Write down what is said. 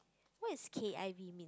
what is K_I_V